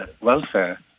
welfare